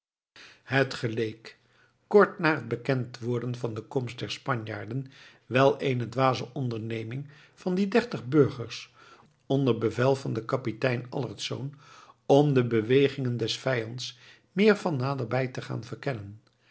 het geleek kort na het bekend worden van de komst der spanjaarden wel eene dwaze onderneming van die dertig burgers onder bevel van den kapitein allertsz om de bewegingen des vijands meer van naderbij te gaan verkennen